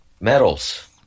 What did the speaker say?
Medals